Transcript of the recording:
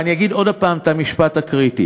ואני אגיד עוד הפעם את המשפט הקריטי: